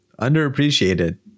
Underappreciated